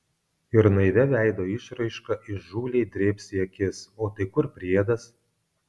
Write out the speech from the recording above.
ir naivia veido išraiška įžūliai drėbs į akis o tai kur priedas